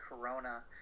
corona